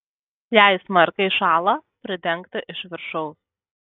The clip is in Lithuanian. jei smarkiai šąla pridengti iš viršaus